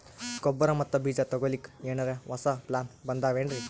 ಗೊಬ್ಬರ ಮತ್ತ ಬೀಜ ತೊಗೊಲಿಕ್ಕ ಎನರೆ ಹೊಸಾ ಪ್ಲಾನ ಬಂದಾವೆನ್ರಿ?